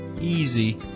easy